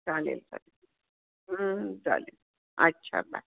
चालेल चालेल चालेल अच्छा बाय